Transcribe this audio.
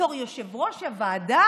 בתור יושב-ראש ועדת